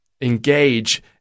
engage